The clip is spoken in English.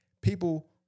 People